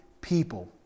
people